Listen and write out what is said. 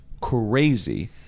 crazy